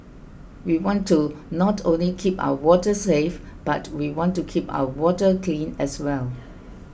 we want to not only keep our waters safe but we want to keep our water clean as well